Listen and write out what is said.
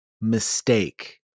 Mistake